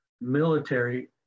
military